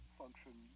function